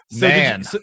man